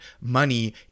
money